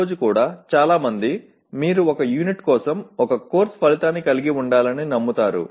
ఈ రోజు కూడా చాలా మంది మీరు ఒక యూనిట్ కోసం ఒక కోర్సు ఫలితాన్ని కలిగి ఉండాలని నమ్ముతారు